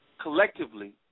collectively